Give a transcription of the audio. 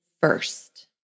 first